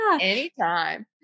Anytime